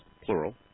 plural